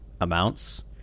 amounts